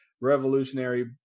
revolutionary